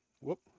Whoop